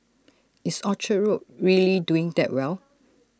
is Orchard road really doing that well